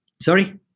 sorry